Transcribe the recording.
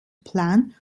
plan